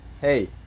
hey